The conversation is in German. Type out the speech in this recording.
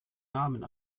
namen